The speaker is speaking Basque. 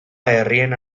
herrien